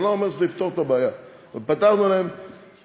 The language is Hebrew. זה לא אומר שזה יפתור את הבעיה, אבל פתחנו להם דלת